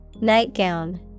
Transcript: Nightgown